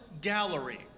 gallery